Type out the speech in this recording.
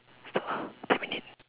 it's two hour ten minute